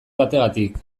bategatik